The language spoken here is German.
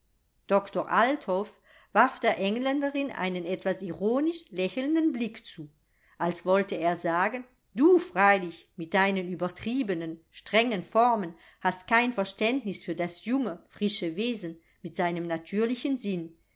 doktor althoff warf der engländerin einen etwas ironisch lächelnden blick zu als wollte er sagen du freilich mit deinen übertriebenen strengen formen hast kein verständnis für das junge frische wesen mit seinem natürlichen sinn